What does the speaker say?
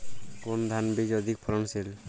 কোন ধান বীজ অধিক ফলনশীল?